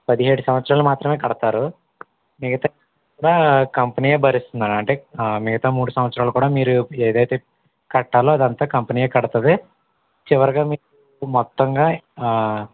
పదిహేడు సంవత్సరాలు మాత్రమే కడతారు మిగతావన్ని కూడా కంపెనీయే భరిస్తుంది అంటే మిగితా మూడు సంవత్సరాలు కూడా మీరు ఏది అయితే కట్టాలో అదంతా కంపెనీయే కడుతుంది చివరగా మీకు మొత్తంగా